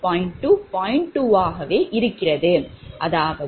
2 ஆகும்